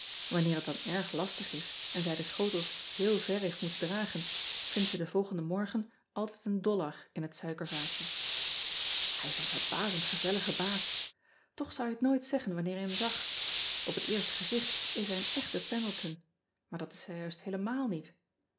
anneer het dan erg lastig is en zij de schotels heel ver heeft moeten dragen vindt ze den volgenden morgen altijd een dollar in het suikervaasje ij is een verbazend gezellige baas och zou je het ean ebster adertje angbeen nooit zeggen wanneer je hem zag p het eerste gezicht is hij een echte endleton maar dat is hij juist héélemaal niet